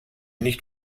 nicht